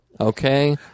Okay